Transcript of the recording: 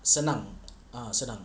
senang ah senang